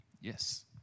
Yes